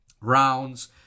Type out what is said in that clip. rounds